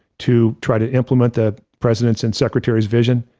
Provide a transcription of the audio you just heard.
to try to implement the president's and secretary's vision,